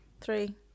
Three